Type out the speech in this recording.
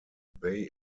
they